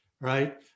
right